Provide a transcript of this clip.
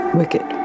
wicked